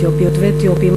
אתיופיות ואתיופים,